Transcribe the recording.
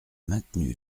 maintenu